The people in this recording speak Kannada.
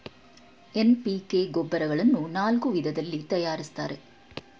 ಎನ್.ಪಿ.ಕೆ ಗೊಬ್ಬರಗಳನ್ನು ನಾಲ್ಕು ವಿಧದಲ್ಲಿ ತರಯಾರಿಸ್ತರೆ